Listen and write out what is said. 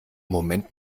moment